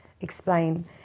explain